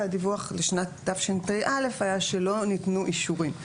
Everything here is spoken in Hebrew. והדיווח לשנת תשפ"א היה שלא ניתנו אישורים.